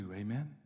Amen